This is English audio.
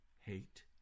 hate